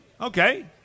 Okay